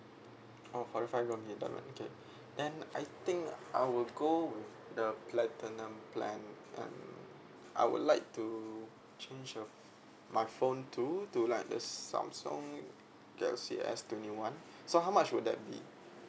oh forty five only for diamond okay then I think I will go with the platinum plan and I would like to change up my phone too to like the samsung galaxy S twenty one so how much would that be